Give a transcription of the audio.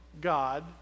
God